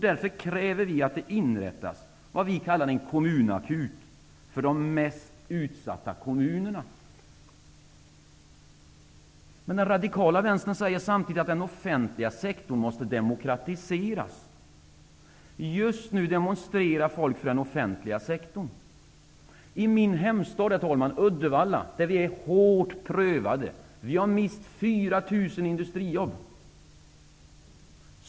Därför kräver vi att det inrättas vad vi kallar en kommunakut för de mest utsatta kommunerna. Men den radikala vänstern säger samtidigt att den offentliga sektorn måste demokratiseras. Just nu demonstrerar folk för den offentliga sektorn. Herr talman! I min hemstad Uddevalla är vi hårt prövade. Vi har mist 4 000 industrijobb.